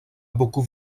beaucoup